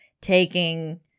taking